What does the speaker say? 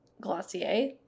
glossier